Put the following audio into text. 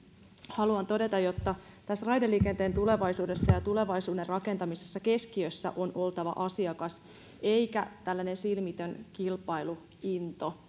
haluan todeta että tässä raideliikenteen tulevaisuudessa ja tulevaisuuden rakentamisessa keskiössä on oltava asiakas eikä tällainen silmitön kilpailuinto